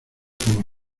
como